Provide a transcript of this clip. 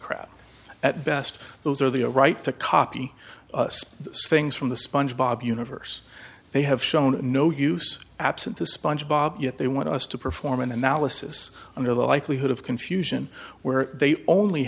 krab at best those are the a right to copy things from the sponge bob universe they have shown no use absent the sponge bob yet they want us to perform an analysis on their likelihood of confusion where they only